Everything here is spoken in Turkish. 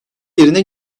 yerine